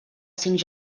cinc